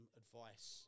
advice